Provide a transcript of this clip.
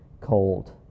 cold